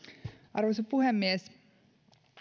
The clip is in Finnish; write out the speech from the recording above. arvoisa puhemies